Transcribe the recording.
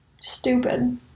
stupid